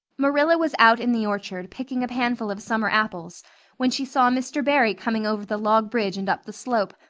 marilla was out in the orchard picking a panful of summer apples when she saw mr. barry coming over the log bridge and up the slope,